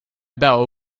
bell